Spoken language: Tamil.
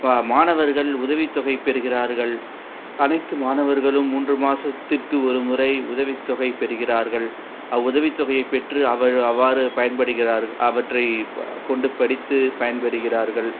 மாணவர்கள் உதவித்தொகை பெறுகிறார்கள் அனைத்து மாணவர்களும் மூன்று மாதத்திற்கு ஒரு முறை உதவித்தொகை பெறுகிறார்கள் அவ்வுதவித்தொகையை பெற்று அவ் அவ்வாறு பயன்படுகிறாக் அவற்றை கொண்டு படித்து பயன்பெறுகிறார்கள்